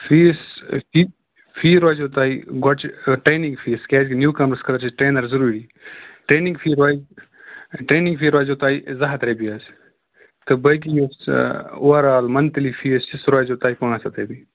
fees فی روزوٕ تۄہہِ گۄڈٕ چھِ ٹرٛینِنٛگ فیٖس کیٛازکہِ نیٛوٗ کَمرَس خٲطرٕ چھ ٹرینَر ضوٚروٗری ٹرٛینِنٛگ فی روزِ ٹرینِنٛگ فی روزوٕ تۄہہِ زٕ ہتھ رۄپیہِ حظ تہٕ باقٕے یُس آ اووَر آل مَنتھلی فیٖس چھُ سُہ روزوٕ تۄہہِ پانٛژ ہتھ رۄپیہِ